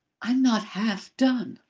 i'm not half done.